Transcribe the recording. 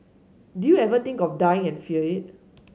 do you ever think of dying and fear it